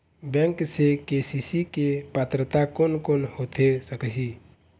Bank से KCC के पात्रता कोन कौन होथे सकही?